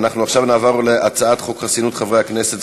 אנחנו עכשיו נעבור להצעת חוק חסינות חברי הכנסת,